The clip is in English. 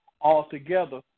altogether